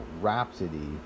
Rhapsody